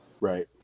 Right